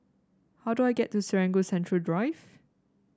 how do I get to Serangoon Central Drive